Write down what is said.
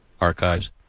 archives